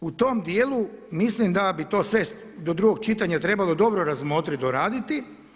Dakle u tom dijelu mislim da bi to sve do drugog čitanja trebalo dobro razmotriti, doraditi.